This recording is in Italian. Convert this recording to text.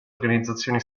organizzazioni